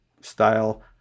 style